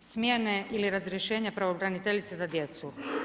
smjene ili razrješenja pravobraniteljice za djecu.